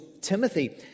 Timothy